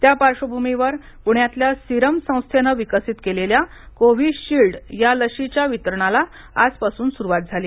त्या पार्श्वभूमीवर पुण्यातल्या सीरम संस्थेनं विकसीत केलेल्या कोव्हीशिल्ड या लशीच्या वितरणाला आजपासून सुरुवात झाली